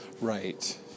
Right